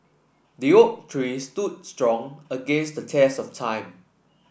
the oak tree stood strong against the test of time